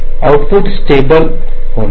output stabilise होण्यासाठी